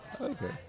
Okay